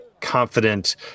confident